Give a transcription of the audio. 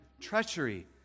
treachery